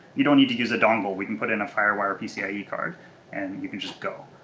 you don't need to use a dongle. we can put in a firewire pcie card and you can just go.